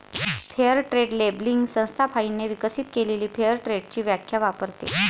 fair trade labelling संस्था फाइनने विकसित केलेली फेअर ट्रेडची व्याख्या वापरते